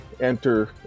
enter